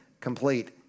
complete